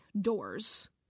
doors